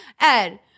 Ed